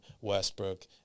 Westbrook